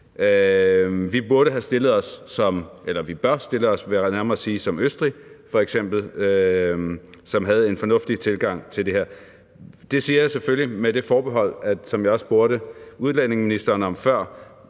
nærmere sige – som f.eks. Østrig, som havde en fornuftig tilgang til det her. Det siger jeg selvfølgelig med et forbehold, og jeg spurgte også udlændingeministeren før,